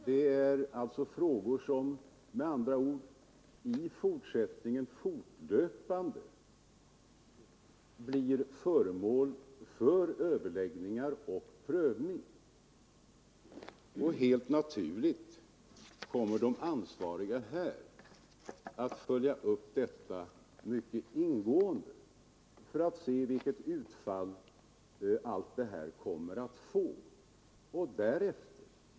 Detta är med andra ord frågor som i fortsättningen fortlöpande blir föremål för överläggningar och prövning. Helt naturligt kommer de ansvariga att mycket ingående följa upp besluten för att se vilket utfall de får.